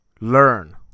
Learn